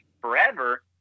forever